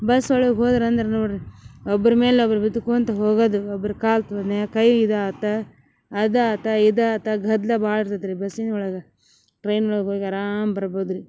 bus ಒಳಗ ಹೋದ್ರಂದ್ರ ನೋಡ್ರಿ ಒಬ್ರ್ ಮೇಲ್ ಒಬ್ರು ಬಿದ್ಕೊಂತಾ ಹೋಗೋದು ಒಬ್ರ್ ಕಾಲ್ ತುಳ್ದ್ನೇ ಕೈ ಇದಾತ ಅದಾತಾ ಇದಾತಾ ಗದ್ದಲ ಭಾಳ್ ಇರ್ತೈತ್ರಿ ಬಸ್ಸಿನೊಳಗ ಟ್ರೈನ್ ಒಳಗ ಹೋಗಿ ಅರಾಮ ಬರ್ಬೋದ್ರೀ